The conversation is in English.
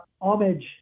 homage